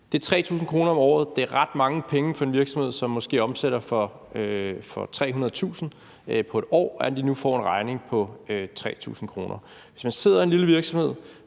Det er 3.000 kr. om året. Det er ret mange penge for en virksomhed, som måske omsætter for 300.000 kr. på et år, at få en regning på 3.000 kr. Hvis man er en lille virksomhed,